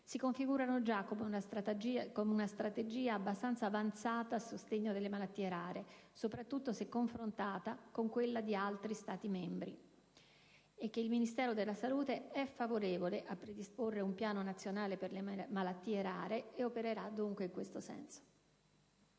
si configurano già come una strategia piuttosto avanzata a sostegno delle malattie rare, soprattutto se confrontata con quelle di altri Stati europei, e che il Ministero della Salute è favorevole a predisporre un Piano nazionale per le malattie rare ed opererà dunque in questo senso.